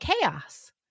chaos